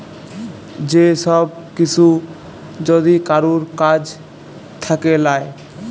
যে সব কিসু যদি কারুর কাজ থাক্যে লায়